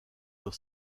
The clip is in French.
leur